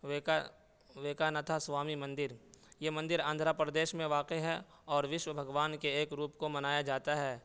ویکا ویکانتھا سوامی مندر یہ مندر آندھرا پردیش میں واقع ہے اور وشو بھگوان کے ایک روپ کو منایا جاتا ہے